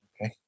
okay